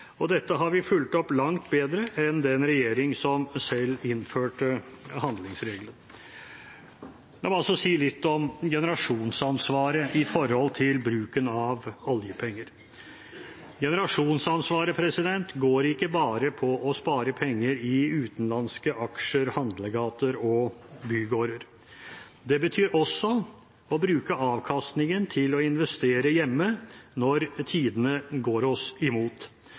Arbeiderpartiet. Dette har vi fulgt opp langt bedre enn den regjering som selv innførte handlingsregelen. La meg også si litt om generasjonsansvaret når det gjelder bruken av oljepenger. Generasjonsansvaret går ikke bare på å spare penger i utenlandske aksjer, handlegater og bygårder. Det betyr også å bruke avkastningen til å investere hjemme når tidene går oss imot,